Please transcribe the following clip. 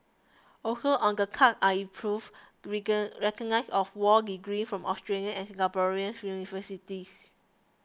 also on the cards are improved recognition of law degrees from Australian and Singaporean universities